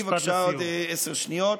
תן לי, בבקשה, עוד עשר שניות.